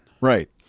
Right